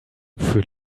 für